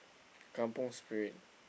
kampung spirit